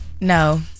No